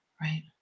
right